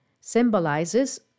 symbolizes